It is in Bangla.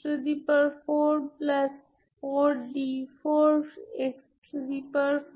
তাই কোনো ঝামেলা নেই কোনো ব্যাপার না